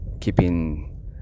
keeping